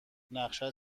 نقشت